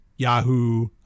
Yahoo